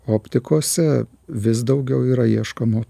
optikose vis daugiau yra ieškomų